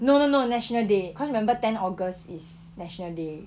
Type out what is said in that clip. no no no national day because I remember ten august is national day